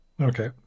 okay